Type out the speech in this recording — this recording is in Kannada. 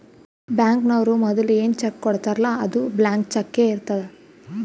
ಬ್ಯಾಂಕ್ನವ್ರು ಮದುಲ ಏನ್ ಚೆಕ್ ಕೊಡ್ತಾರ್ಲ್ಲಾ ಅದು ಬ್ಲ್ಯಾಂಕ್ ಚಕ್ಕೇ ಇರ್ತುದ್